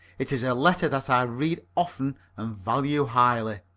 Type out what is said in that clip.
it is a letter that i read often and value highly.